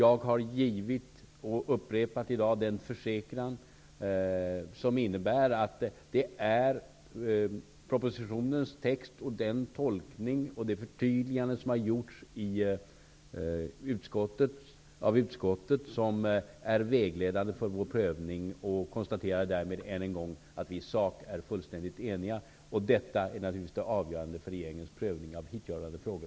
Jag har i dag upprepat den försäkran som innebär att det är propositionens text samt den tolkning och det förtydligande som har gjorts av utskottet som är vägledande för vår prövning. Jag konstaterar därmed än en gång att vi i sak är fullständigt eniga. Detta är naturligtvis det avgörande för regeringens prövning av hithörande frågor.